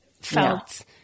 felt